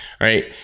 right